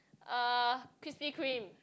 uh Krispy Kreme